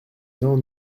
gens